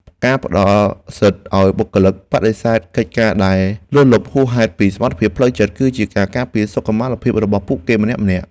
ការផ្តល់សិទ្ធិឱ្យបុគ្គលិកបដិសេធកិច្ចការដែលលើសលប់ហួសពីសមត្ថភាពផ្លូវចិត្ត គឺជាការការពារសុខុមាលភាពរបស់ពួកគេម្នាក់ៗ។